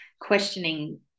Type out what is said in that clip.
questioning